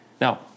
Now